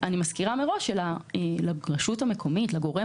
אני מזכירה מראש שלרשות המקומית/לגורם